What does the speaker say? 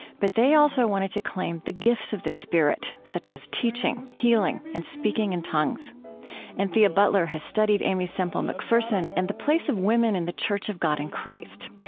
but they also wanted to claim the gifts of the spirit such as teaching, healing, and speaking in tongues anthea butler has studied aimee semple mcpherson and the place of women in the church of god in christ.